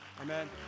Amen